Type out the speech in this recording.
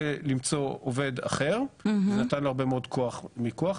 ולמצוא עובד אחר, זה נתן לו הרבה מאוד כוח מכוח.